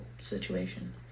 situation